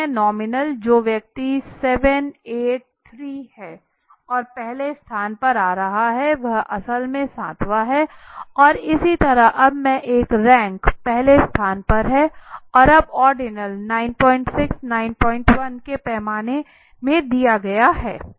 nominal जो व्यक्ति 7 8 3 है और पहले स्थान पर आ रहा है वह असल में 7 वां है और इसी तरह अब यह एक रैंक पहले स्थान पर है और अब ऑर्डिनल 96 91 के पैमाने में दिया गया है